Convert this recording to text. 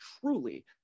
truly